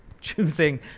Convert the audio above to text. choosing